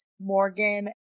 Morgan